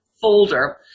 folder